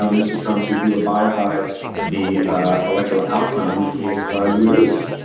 um mr. trump, would you abide by the electoral outcome if ah you lose?